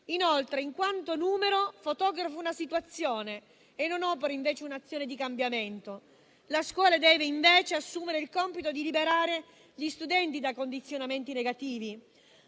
inoltre, in quanto numero, fotografa una situazione e non opera un'azione di cambiamento. La scuola deve invece assumere il compito di liberare gli studenti da condizionamenti negativi;